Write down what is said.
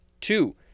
Two